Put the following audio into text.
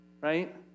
right